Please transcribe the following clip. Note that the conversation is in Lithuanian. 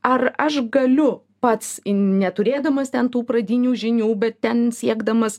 ar aš galiu pats neturėdamas ten tų pradinių žinių bet ten siekdamas